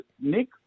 Nick